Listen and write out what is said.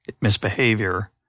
misbehavior